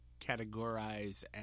categorize